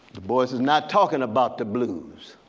bois is not talking about the blues.